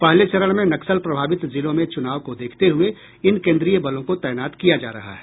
पहले चरण में नक्सल प्रभावित जिलों में चुनाव को देखते हुये इन कोन्द्रीय बलों को तैनात किया जा रहा है